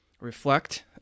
reflect